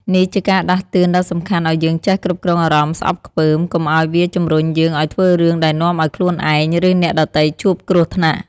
នេះជាការដាស់តឿនដ៏សំខាន់ឲ្យយើងចេះគ្រប់គ្រងអារម្មណ៍ស្អប់ខ្ពើម កុំឲ្យវាជំរុញយើងឲ្យធ្វើរឿងដែលនាំឲ្យខ្លួនឯង ឬអ្នកដទៃជួបគ្រោះថ្នាក់។